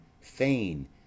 fain